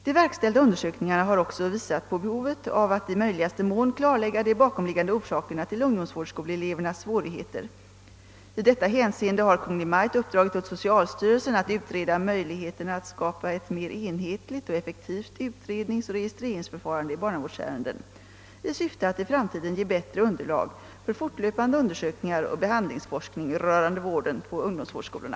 De verkställda undersökningarna har också visat på behovet av att i möjligaste mån klarlägga de bakomliggande orsakerna till ungdomsvårdsskoleelevernas svårigheter. I detta hänseende har Kungl. Maj:t uppdragit åt socialstyrelsen att utreda möjligheterna att skapa ett mera enhetligt och effektivt utredningsoch registreringsförfarande i barnavårdsärenden i syfte att i framtiden ge bättre underlag för fortlöpande undersökningar och behandlingsforskning rörande vården på ungdomsvårdsskolorna.